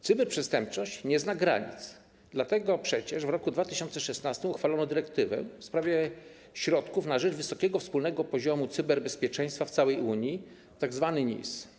Cyberprzestępczość nie zna granic, dlatego przecież w roku 2016 uchwalono dyrektywę w sprawie środków na rzecz wysokiego wspólnego poziomu cyberbezpieczeństwa w całej Unii, tzw. NIS.